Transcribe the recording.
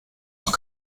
noch